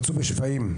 רצו בשפיים,